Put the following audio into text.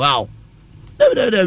Wow